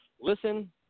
Listen